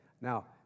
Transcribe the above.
Now